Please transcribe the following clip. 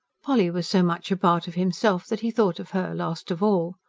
polly was so much a part of himself that he thought of her last of all.